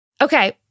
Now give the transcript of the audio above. Okay